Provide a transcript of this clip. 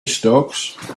stocks